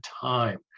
time